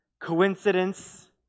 coincidence